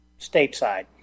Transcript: stateside